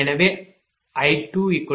எனவேI20